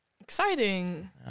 Exciting